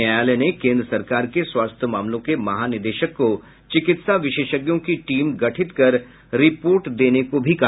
न्यायालय ने केन्द्र सरकार के स्वास्थ्य मामलों के महानिदेशक को चिकित्सा विशेषज्ञों की टीम गठित कर रिपोर्ट देने को भी कहा